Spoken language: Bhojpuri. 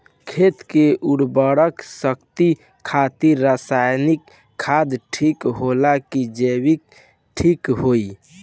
खेत के उरवरा शक्ति खातिर रसायानिक खाद ठीक होला कि जैविक़ ठीक होई?